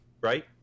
right